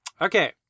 Okay